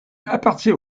appartient